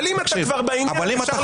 אבל אם אתה כבר בעניין, אפשר לעבור על זה.